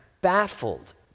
baffled